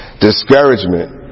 Discouragement